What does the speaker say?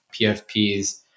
PFPs